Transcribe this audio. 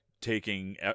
taking